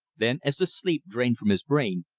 then as the sleep drained from his brain,